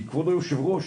כי כבוד היו"ר,